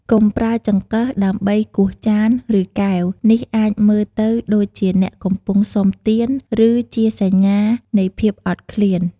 កុំប្រើចង្កឹះដើម្បីគោះចាន ឬកែវ នេះអាចមើលទៅដូចជាអ្នកកំពុងសុំទាន ឬជាសញ្ញានៃភាពអត់ឃ្លាន។